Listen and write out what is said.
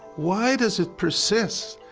why does it persist?